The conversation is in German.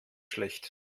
schlecht